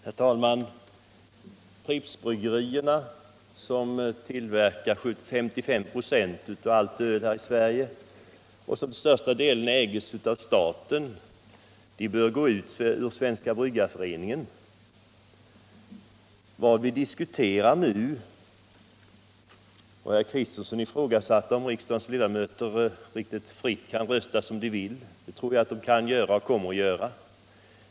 Herr talman! Pripps Bryggerier, som tillverkar 55 96 av allt öl i Sverige och som till största delen ägs av staten, bör går ur Svenska bryggareföreningen. Herr Kristenson ifrågasatte om riksdagens ledamöter fritt kan rösta som de vill om den fråga vi diskuterar nu. Det tror jag att vi kan göra och kommer att göra.